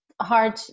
hard